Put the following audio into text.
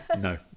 no